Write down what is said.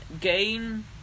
gain